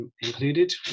included